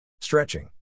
Stretching